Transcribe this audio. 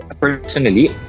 personally